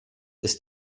ist